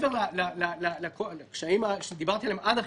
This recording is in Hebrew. מעבר לקשיים שדיברתי עליהם עד עכשיו,